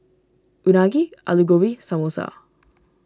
Unagi Alu Gobi Samosa